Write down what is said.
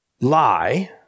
lie